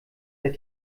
der